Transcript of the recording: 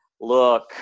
look